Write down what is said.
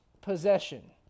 Possession